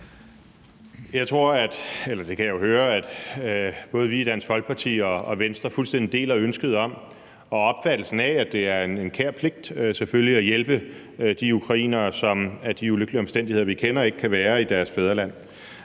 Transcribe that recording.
jo høre – at både vi i Dansk Folkeparti og Venstre fuldstændig deler ønsket om og opfattelsen af, at det selvfølgelig er en kær pligt at hjælpe de ukrainere, som af de ulykkelige omstændigheder, vi kender, ikke kan være i deres fædreland.